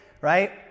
right